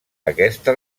aquesta